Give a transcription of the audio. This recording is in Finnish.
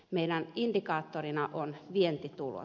meidän indikaattorinamme on vientitulot